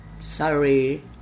sorry